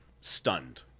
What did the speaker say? stunned